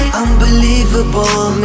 unbelievable